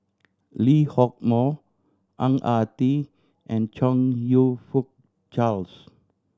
Lee Hock Moh Ang Ah Tee and Chong You Fook Charles